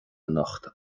anocht